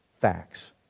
facts